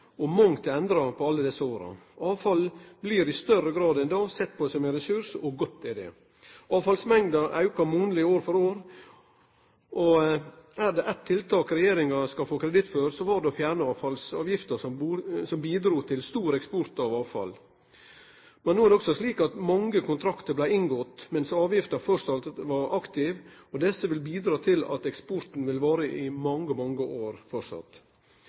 og mangt er endra på alle desse åra. Avfall blir i større grad i dag sett på som ein ressurs, og godt er det. Avfallsmengda aukar monaleg år for år, og er det eitt tiltak regjeringa skal få kreditt for, er det fjerninga av avfallsavgifta, noko som bidrog til stor eksport av avfall. No er det også slik at mange kontraktar blei inngåtte mens avgifta framleis var aktiv. Desse vil bidra til at eksporten vil vare i mange år